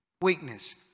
weakness